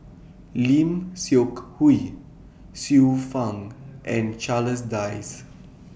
Lim Seok Hui Xiu Fang and Charles Dyce